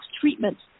treatments